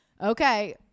okay